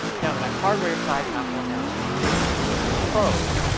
now on the mac hardware side apple announced new macbook pros.